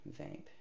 vape